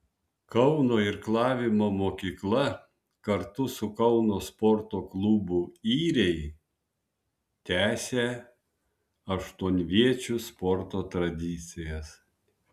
kauno irklavimo mokykla kartu su kauno sporto klubu yriai tęsė aštuonviečių sporto tradicijas